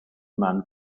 man